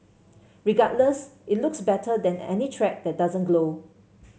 regardless it looks better than any track that doesn't glow